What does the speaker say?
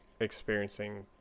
experiencing